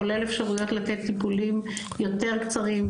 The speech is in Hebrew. כולל אפשרויות לתת טיפולים יותר קצרים,